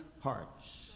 hearts